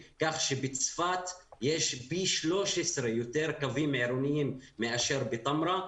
כך שבצפת יש פי 13 יותר קווים עירוניים מאשר בטמרה,